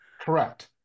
Correct